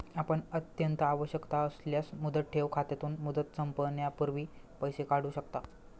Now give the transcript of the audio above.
आपण अत्यंत आवश्यकता असल्यास मुदत ठेव खात्यातून, मुदत संपण्यापूर्वी पैसे काढू शकता